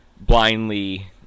blindly